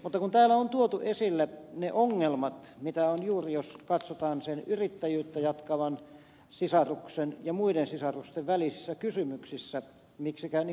mutta kun täällä on tuotu esille ne ongelmat joita on juuri jos katsotaan sen yrittäjyyttä jatkavan sisaruksen ja muiden sisarusten välisissä kysymyksissä miksikä niin kun ed